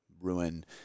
ruin